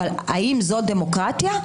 האם זו דמוקרטיה?